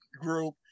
group